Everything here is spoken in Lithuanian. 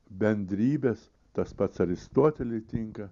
bendrybės tas pats aristoteliui tinka